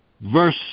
Verse